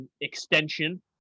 extension